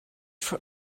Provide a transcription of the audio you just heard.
for